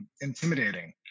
intimidating